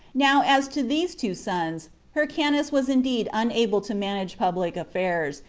now, as to these two sons, hyrcanus was indeed unable to manage public affairs,